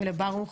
ולברוך